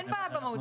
אין בעיה במהות,